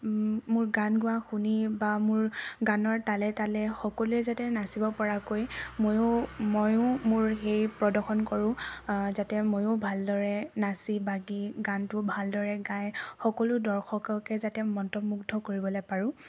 মোৰ গান গোৱা শুনি বা মোৰ গানৰ তালে তালে সকলোৱে যাতে নাচিব পৰাকৈ ময়ো ময়ো মোৰ সেই প্ৰদৰ্শন কৰোঁ যাতে ময়ো ভালদৰে নাচি বাগি গানটো ভালদৰে গাই সকলো দৰ্শককে যাতে মন্ত্ৰমুগ্ধ কৰিবলে পাৰোঁ